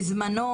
בזמנו,